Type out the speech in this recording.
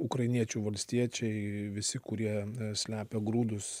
ukrainiečių valstiečiai visi kurie slepia grūdus